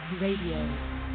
Radio